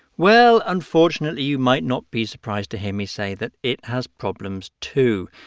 well, unfortunately, you might not be surprised to hear me say that it has problems, too.